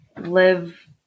live